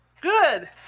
Good